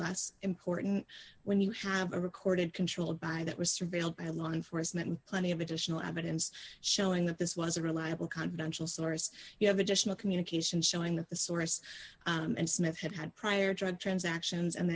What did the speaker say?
less important when you have a recorded controlled by that was surveilled by law enforcement and plenty of additional evidence showing that this was a reliable confidential source you have additional communication showing that the source and smith had had prior drug transactions and